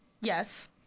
Yes